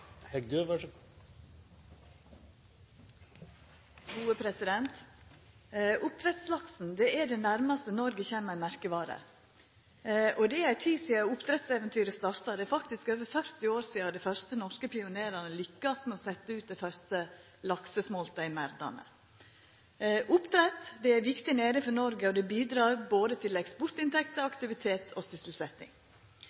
det nærmaste Noreg kjem ei merkevare. Det er ei tid sidan oppdrettseventyret starta. Det er faktisk over 40 år sidan dei første norske pionerane lykkast med å setja ut dei første laksesmoltane i merdane. Oppdrett er ei viktig næring for Noreg og bidreg til både eksportinntekter,